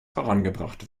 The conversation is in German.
vorangebracht